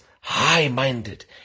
high-minded